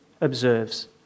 observes